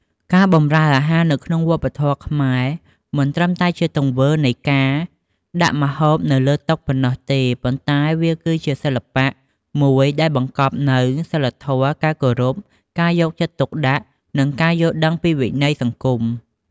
ការបម្រើអាហារនៅក្នុងវប្បធម៌ខ្មែរ មិនមែនត្រឹមតែជាទង្វើនៃការដាក់ម្ហូបនៅលើតុប៉ុណ្ណោះទេ ប៉ុន្តែវាគឺជាសិល្បៈមួយដែលបង្កប់នូវ សីលធម៌ ការគោរព ការយកចិត្តទុកដាក់ និងការយល់ដឹងពីវិន័យសង្គម។